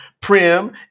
prim